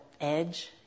edge